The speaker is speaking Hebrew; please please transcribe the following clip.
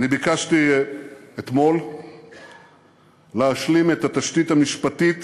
ביקשתי אתמול להשלים את התשתית המשפטית